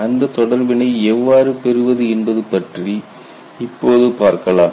அந்த தொடர்பினை எவ்வாறு பெறுவது என்பது பற்றி இப்போது பார்க்கலாம்